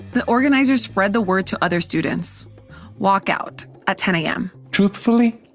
the organizers spread the word to other students walkout at ten a m truthfully,